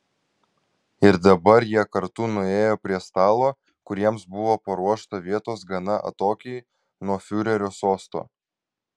ir dabar jie kartu nuėjo prie stalo kur jiems buvo paruošta vietos gana atokiai nuo fiurerio sosto